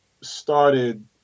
started